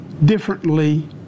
differently